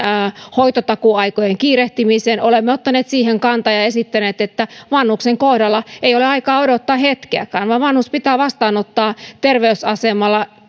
hoitotakuuaikojen kiirehtimisen olemme ottaneet siihen kantaa ja esittäneet että vanhuksen kohdalla ei ole aikaa odottaa hetkeäkään vaan vanhus pitää vastaanottaa terveysasemalla